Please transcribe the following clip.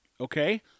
Okay